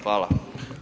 Hvala.